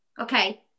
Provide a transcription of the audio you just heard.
Okay